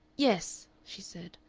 yes, she said,